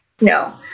No